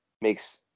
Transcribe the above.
makes